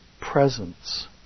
presence